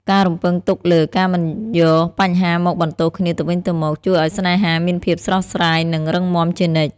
ការរំពឹងទុកលើ "ការមិនយកបញ្ហាមកបន្ទោសគ្នាទៅវិញទៅមក" ជួយឱ្យស្នេហាមានភាពស្រស់ស្រាយ និងរឹងមាំជានិច្ច។